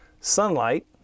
sunlight